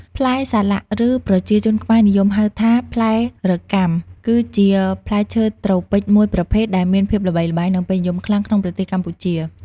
ផ្លែសាឡាក់ ឬប្រជាជនខ្មែរនិយមហៅថា ផ្លែរកាំ គឺជាផ្លែឈើត្រូពិចមួយប្រភេទដែលមានភាពល្បីល្បាញនិងពេញនិយមខ្លាំងក្នុងប្រទេសកម្ពុជា។